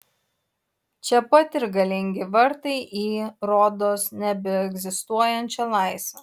čia pat ir galingi vartai į rodos nebeegzistuojančią laisvę